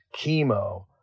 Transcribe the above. chemo